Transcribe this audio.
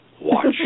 Watch